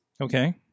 Okay